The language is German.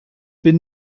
bin